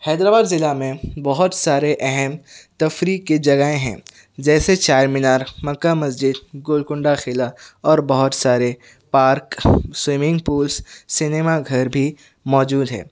حیدر آباد ضلع میں بہت سارے اہم تفریح کے جگہیں ہیں جیسے چار مینار مکہ مسجد گولکنڈہ قلعہ اور بہت سارے پارک سوئمنگ پولس سینیما گھر بھی موجود ہے